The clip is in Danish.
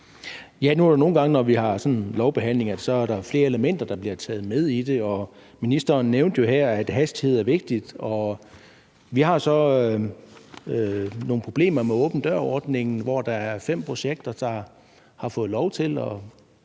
Nu er det sådan nogle gange, når vi har lovbehandling, at der er flere elementer, der bliver taget med i det, og ministeren nævnte jo her, at hastighed er vigtigt. Vi har så nogle problemer med åben dør-ordningen, hvor der er 5 projekter, der har fået lov til at